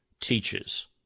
teaches